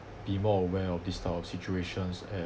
be more aware of this type of situations and